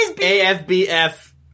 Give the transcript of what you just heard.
A-F-B-F